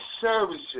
services